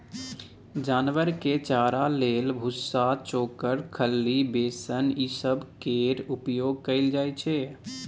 जानवर के चारा लेल भुस्सा, चोकर, खल्ली, बेसन ई सब केर उपयोग कएल जाइ छै